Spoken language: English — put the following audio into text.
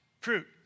fruit